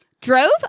Drove